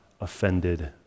offended